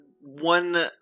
one